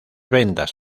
ventas